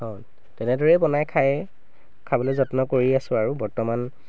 অঁ তেনেদৰেই বনাই খায়ে খাবলৈ যত্ন কৰি আছোঁ আৰু বৰ্তমান